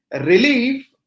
relief